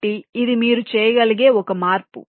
కాబట్టి ఇది మీరు చేయగలిగే ఒక మార్పు